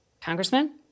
Congressman